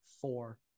four